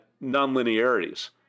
non-linearities